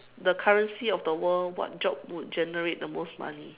the currency of the world what job would generate the most money